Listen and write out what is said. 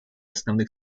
основных